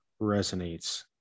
resonates